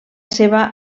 seva